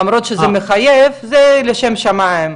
למרות שזה מחייב, זה לשם שמים,